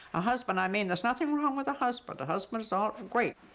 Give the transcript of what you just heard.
a husband, i mean there's nothing wrong with a husband. a husband is ah great.